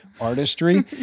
artistry